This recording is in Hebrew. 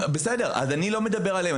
אני לא מדבר עליהם.